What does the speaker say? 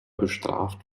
bestraft